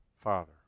Father